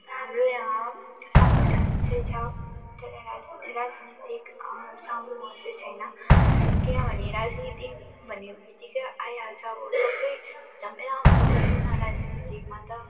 हाम्रो यहाँ सङ्गठन चाहिँ छ तर राज राजनीतिक समूह चाहिँ छैन किनभने राजनीतिक भन्ने बित्तिकै आइहाल्छ अब सबै झमेला हुन्छ भनौँ न राजनीतिकमा त